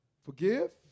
forgive